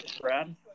Brad